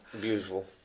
Beautiful